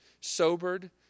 sobered